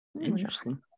Interesting